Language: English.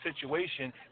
situation